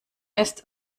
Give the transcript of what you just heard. ist